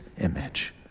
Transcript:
image